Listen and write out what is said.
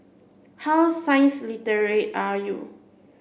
how science are you